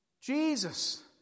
Jesus